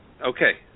Okay